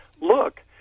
look